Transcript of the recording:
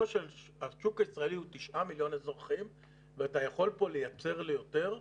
השוק הישראלי הוא 9 מיליון אזרחים ואתה יכול כאן לייצר יותר.